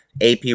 AP